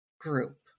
group